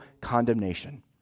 condemnation